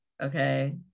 okay